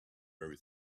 very